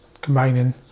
combining